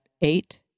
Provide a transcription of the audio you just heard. eight